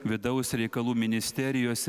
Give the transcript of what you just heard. vidaus reikalų ministerijos